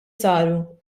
saru